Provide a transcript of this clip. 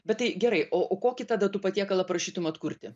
bet tai gerai o o kokį tada tu patiekalą prašytum atkurti